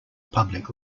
public